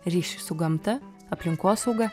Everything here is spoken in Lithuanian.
ryšį su gamta aplinkosauga